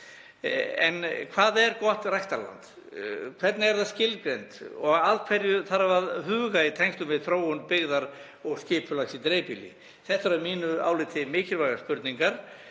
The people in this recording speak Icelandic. En hvað er gott ræktarland, hvernig er það skilgreint og að hverju þarf að huga í tengslum við þróun byggðar og skipulags í dreifbýli? Þetta eru að mínu áliti mikilvægar spurningar.